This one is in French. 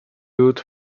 haute